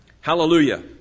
Hallelujah